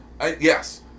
Yes